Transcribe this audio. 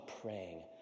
praying